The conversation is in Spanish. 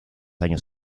años